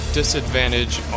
disadvantage